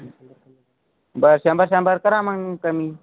बरं शंभर शंभर करा मग कमी